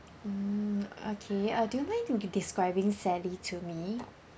hmm okay uh do you mind de~ describing sally to me